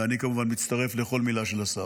ואני כמובן מצטרף לכל מילה של השר.